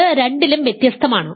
അത് രണ്ടിലും വ്യത്യസ്തമാണ്